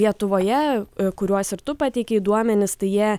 lietuvoje kuriuos ir tu pateikei duomenis tai jie